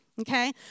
okay